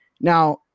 now